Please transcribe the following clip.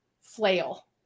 flail